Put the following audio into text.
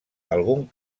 algun